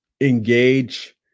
engage